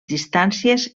distàncies